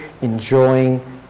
enjoying